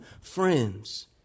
friends